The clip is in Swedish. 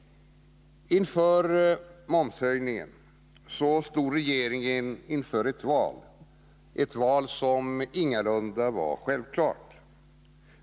Inför momshöjningen stod regeringen inför ett val som ingalunda var självklart.